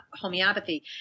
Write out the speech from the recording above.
homeopathy